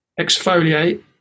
exfoliate